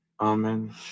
Amen